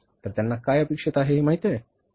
तर त्यांना काय अपेक्षित आहे हे माहित आहे